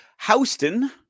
houston